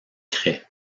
craie